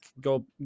go